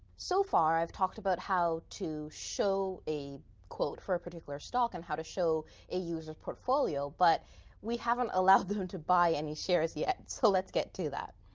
so far i've talked about how to show a quote for a particular stock and how to show a user's portfolio. but we haven't allowed them to buy any shares yet. so let's get to that.